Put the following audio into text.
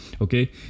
okay